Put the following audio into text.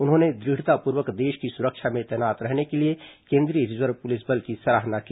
उन्होंने द्र ढतापूर्वक देश की सुरक्षा में तैनात रहने के लिए केन्द्रीय रिजर्व पुलिस बल की सराहना की